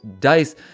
dice